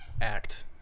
act